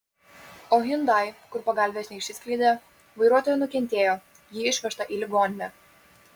o hyundai kur pagalvės neišsiskleidė vairuotoja nukentėjo ji išvežta į ligoninę